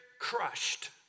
crushed